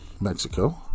Mexico